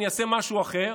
אני אעשה משהו אחר.